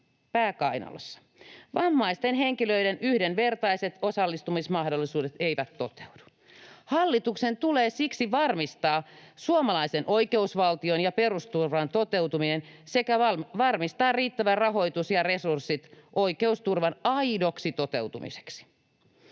pää kainalossa. Vammaisten henkilöiden yhdenvertaiset osallistumismahdollisuudet eivät toteudu. Hallituksen tulee siksi varmistaa suomalaisen oikeusvaltion ja perusturvan toteutuminen sekä varmistaa riittävä rahoitus ja resurssit oikeusturvan aidoksi toteutumiseksi.